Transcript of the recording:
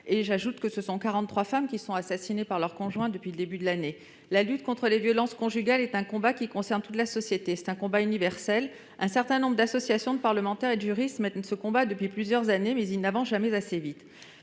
J'ajoute que quarante-trois femmes ont déjà été assassinées par leur conjoint depuis le début de l'année. La lutte contre les violences conjugales est un combat qui concerne toute la société. C'est un combat universel. Un certain nombre d'associations, de parlementaires et de juristes mènent ce combat depuis plusieurs années, mais celui-ci ne progresse jamais assez vite.